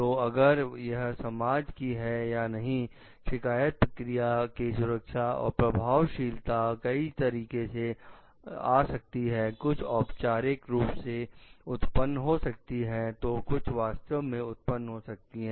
तो अगर यह समाज की है या नहीं शिकायत प्रक्रिया की सुरक्षा और प्रभावशीलता कई तरीके से आ सकती है कुछ औपचारिक रूप से उत्पन्न हो सकती हैं तो कुछ वास्तव में उत्पन्न हो सकती हैं